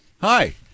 hi